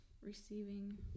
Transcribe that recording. Receiving